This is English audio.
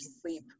sleep